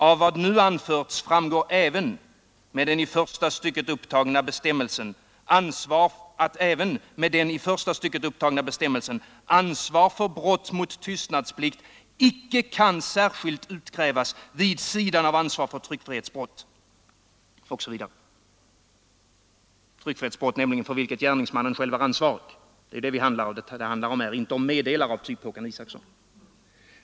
Av vad nu anförts framgår att även med den i första stycket upptagna bestämmelsen ansvar för brott mot tystnadsplikt inte kan särskilt utkrävas, vid sidan av ansvar för tryckfrihetsbrott, för vilket gärningsmannen själv är ansvarig, ———.” Och det är ju här fråga om sådant tryckfrihetsbrott för vilket gärningsmannen själv är ansvarig och inte om meddelare av typ Håkan Isacson.